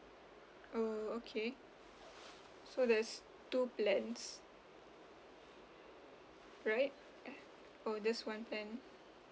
oh okay so there's two plans right oh just one plan